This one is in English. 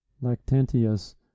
Lactantius